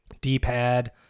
d-pad